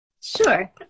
Sure